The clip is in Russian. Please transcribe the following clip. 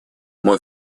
мой